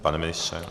Pane ministře?